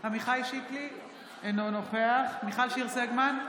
עמיחי שיקלי, אינו נוכח מיכל שיר סגמן,